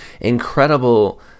incredible